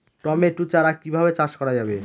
Tomato চারা কিভাবে চাষ করা যাবে?